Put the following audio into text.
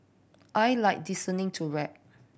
I like listening to rap